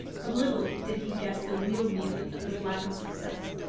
but little did he guess the real reason of his lack of success.